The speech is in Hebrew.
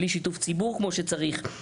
בלי שיתוף ציבור כמו שצריך,